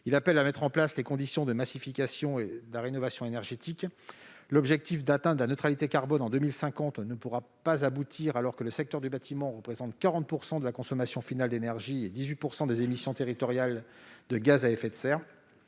Il appelle à mettre en place les conditions d'une massification de la rénovation énergétique. L'objectif d'atteindre de la neutralité carbone en 2050 ne pourra pas aboutir, alors que le secteur du bâtiment représente 40 % de la consommation finale d'énergie et 18 % des émissions territoriales de gaz à effet de serre.